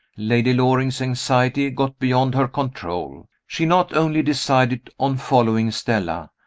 lady loring's anxiety got beyond her control. she not only decided on following stella,